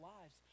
lives